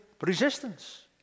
resistance